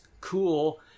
cool